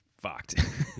fucked